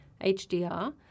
HDR